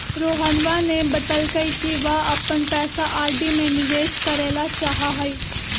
रोहनवा ने बतल कई कि वह अपन पैसा आर.डी में निवेश करे ला चाहाह हई